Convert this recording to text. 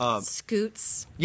Scoots